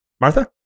Martha